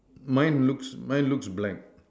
mine looks mine looks black